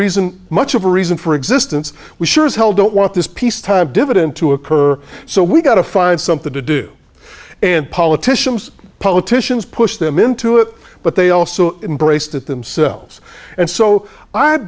reason much of a reason for existence we sure as hell don't want this peacetime divident to occur so we've got to find something to do and politicians politicians push them into it but they also embraced it themselves and so i